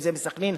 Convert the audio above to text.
מסח'נין,